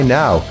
now